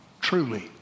truly